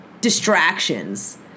distractions